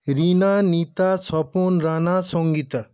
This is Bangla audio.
রীনা নীতা স্বপন রানা সংগীতা